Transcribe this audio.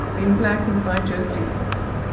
been blackened by josephus.